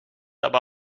aber